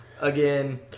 again